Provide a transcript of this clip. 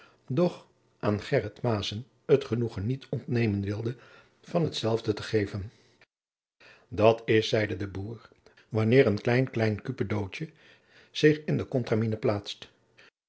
doch aan gheryt maessen het genoegen niet ontnemen wilde van hetzelve te geven dat is zeide de boer wanneer een klein klein kuipedootje zich in de contramine plaatst